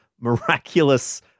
miraculous